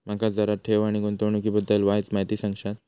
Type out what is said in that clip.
माका जरा ठेव आणि गुंतवणूकी बद्दल वायचं माहिती सांगशात?